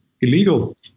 illegal